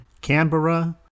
Canberra